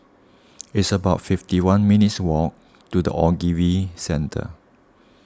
it's about fifty one minutes' walk to the Ogilvy Centre